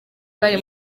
bari